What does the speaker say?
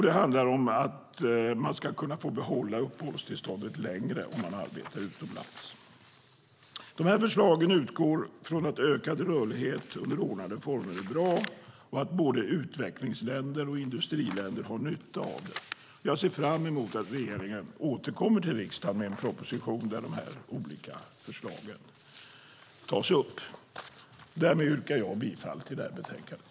Det handlar också om att man ska kunna få behålla uppehållstillståndet längre om man arbetar utomlands. De här förslagen utgår från att ökad rörlighet under ordnade former är bra och att både utvecklingsländer och industriländer har nytta av det. Jag ser fram emot att regeringen återkommer till riksdagen med en proposition där de här olika förslagen tas upp. Därmed yrkar jag bifall till förslaget i betänkandet.